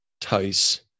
Tice